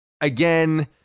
Again